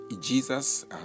Jesus